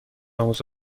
آموز